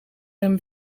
hem